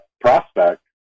prospect